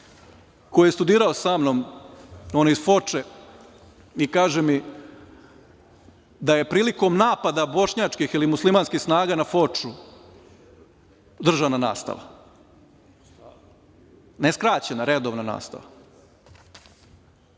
koji je studirao sa mnom, on je iz Foče i kaže m, da je prilikom napada bošnjačkih ili muslimanskih snaga na Foču držana nastava, ne skraćena, redovna nastava.